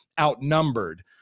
outnumbered